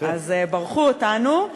אז ברכו אותנו.